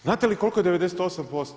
Znate li koliko je 98%